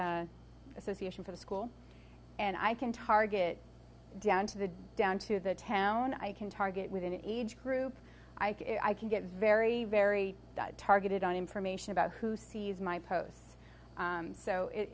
association for the school and i can target down to the down to the town i can target with an age group i can get very very targeted on information about who sees my posts so